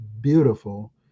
beautiful